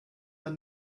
are